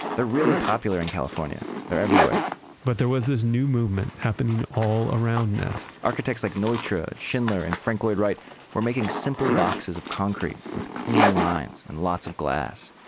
they're really popular in california. they're everywhere but there was this new movement happening all around neff architects like neutra, schindler, and frank lloyd wright were making simple boxes of concrete with clean lines and lots of glass.